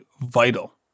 vital